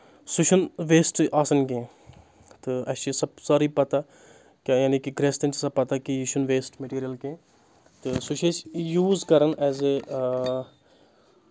سُہ چھُنہٕ وٮ۪سٹ آسان کینٛہہ تہٕ اَسہِ چھِ سۄ سٲرٕے پتہ کیاہ یانے کہِ گریستٮ۪ن چھِ سۄ پتہ کہِ یہِ چھُنہٕ ویسٹہٕ میٹیٖریَل کینٛہہ تہٕ سُہ چھِ أسۍ یوٗز کَران ایز اے